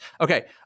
okay